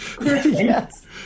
Yes